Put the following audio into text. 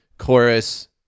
chorus